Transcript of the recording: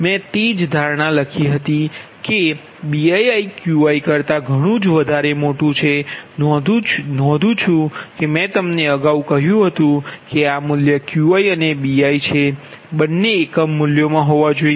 મેં તે જ ધારણા લખી હતી કે BiiQi નોંધું છું કે મેં તમને અગાઉ કહ્યું હતું કે આ મૂલ્ય Qi અને Biiછે બંને એકમ મૂલ્યોમાં હોવા જોઈએ